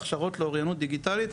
הכשרות לאוריינות דיגיטלית,